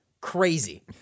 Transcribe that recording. Crazy